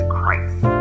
Christ